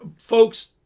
Folks